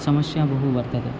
समस्या बहु वर्तते